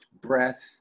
breath